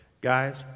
guys